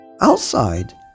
Outside